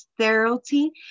sterility